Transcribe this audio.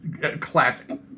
classic